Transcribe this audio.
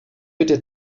bitte